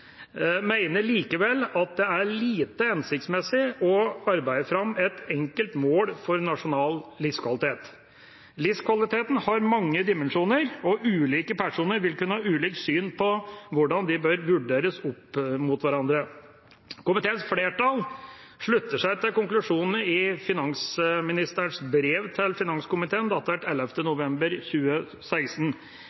lite hensiktsmessig å arbeide fram et enkelt mål for nasjonal livskvalitet. Livskvalitet har mange dimensjoner, og ulike personer vil kunne ha ulikt syn på hvordan dette bør vurderes opp mot hverandre. Komiteens flertall slutter seg til konklusjonene i finansministerens brev til finanskomiteen, datert